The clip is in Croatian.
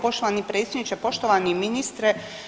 Poštovani predsjedniče, poštovani ministre.